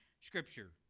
Scripture